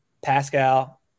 Pascal